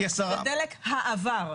זה דלק העבר.